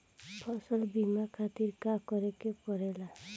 फसल बीमा खातिर का करे के पड़ेला?